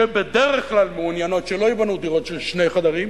שבדרך כלל מעוניינות שלא ייבנו דירות של שני חדרים,